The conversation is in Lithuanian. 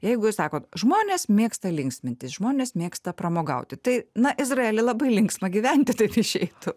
jeigu jūs sakot žmonės mėgsta linksmintis žmonės mėgsta pramogauti tai na izraely labai linksma gyventi taip išeitų